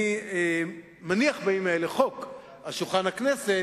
בימים אלה אני מניח חוק על שולחן הכנסת